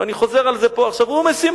ואני חוזר על זה פה עכשיו: הוא משימתי.